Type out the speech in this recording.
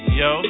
yo